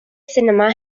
sinema